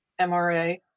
mra